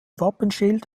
wappenschild